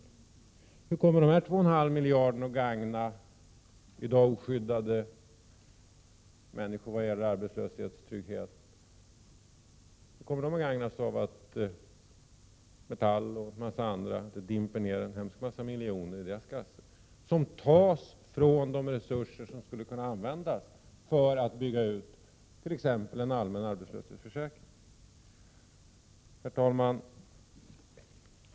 Hur kommer de två och en halv miljarderna att gagna i dag oskyddade människor vad gäller arbetslöshet? Kommer de att gagnas av att det hos Metall och andra förbund dimper ner en massa miljoner som tas från de resurser som skulle kunna användas för att bygga ut t.ex. en allmän arbetslöshetsförsäkring? Herr talman!